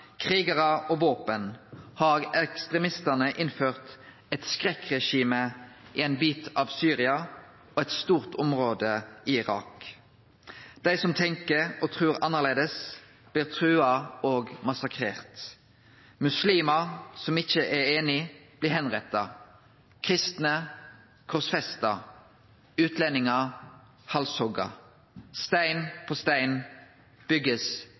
krigarar og våpen har ekstremistane innført eit skrekkregime i ein bit av Syria og eit stort område i Irak. Dei som tenkjer og trur annleis, blir trua og massakrerte. Muslimar som ikkje er einige, blir avretta, kristne korsfesta, utlendingar halshogde. Stein på stein